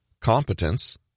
Competence